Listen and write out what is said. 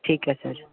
ਠੀਕ ਹੈ ਸਰ